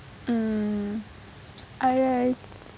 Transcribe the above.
mm I I